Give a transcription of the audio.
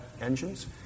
engines